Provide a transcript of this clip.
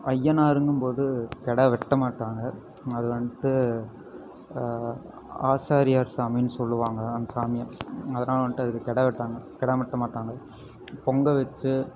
அய்யனார்ங்கும் போது கிடா வெட்ட மாட்டாங்க அது வந்துட்டு ஆசாரியார் சாமின்னு சொல்லுவாங்கள் அந்த சாமியை அதனால வந்துட்டு கிடா வெட்டுவாங்க கிடா வெட்ட மாட்டாங்க பொங்கல் வச்சு